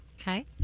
Okay